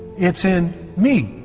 it's in me,